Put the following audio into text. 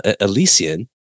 Elysian